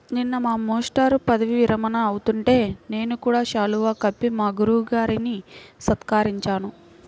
నిన్న మా మేష్టారు పదవీ విరమణ అవుతుంటే నేను కూడా శాలువా కప్పి మా గురువు గారిని సత్కరించాను